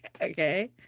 Okay